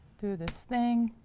do this thing.